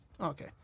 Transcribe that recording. Okay